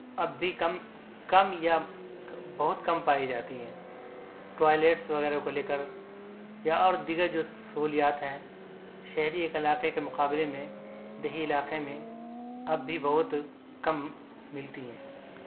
اب بھی کم کم یا بہت کم پائی جاتی ہیں ٹوائیلیٹس وغیرہ کو لے کر یا اور دیگر جو سہولیات ہیں شہری ایک علاقے کے مقابلے میں دیہی علاقے میں اب بھی بہت کم مِلتی ہیں